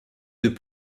deux